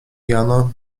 jano